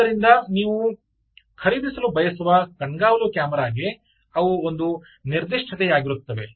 ಆದ್ದರಿಂದ ನೀವು ಖರೀದಿಸಲು ಬಯಸುವ ಕಣ್ಗಾವಲು ಕ್ಯಾಮೆರಾಗೆ ಅವು ಒಂದು ನಿರ್ದಿಷ್ಟತೆಯಾಗಿರುತ್ತವೆ